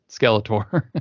skeletor